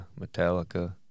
Metallica